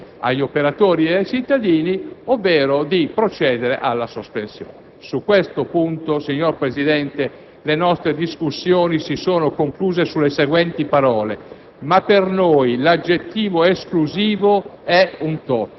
concreto che, in definiva, è proposto agli operatori e ai cittadini, ovvero di procedere alla sospensione. Su questo punto, signor Presidente, le nostre discussioni si sono arrestate sulle seguenti parole: